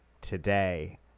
today